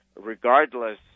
regardless